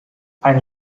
eine